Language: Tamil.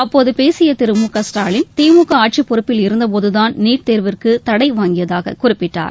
அப்போது பேசிய திரு முகஸ்டலின் திமுக ஆட்சிப்பொறுப்பில் இருந்தபோதுதான் நீட் தேர்விற்கு தடை வாங்கியதாக குறிப்பிட்டார்